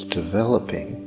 developing